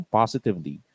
positively